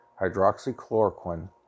hydroxychloroquine